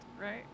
right